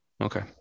Okay